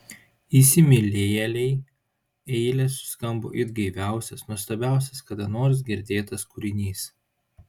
įsimylėjėlei eilės suskambo it gaiviausias nuostabiausias kada nors girdėtas kūrinys